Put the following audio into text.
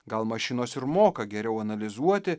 gal mašinos ir moka geriau analizuoti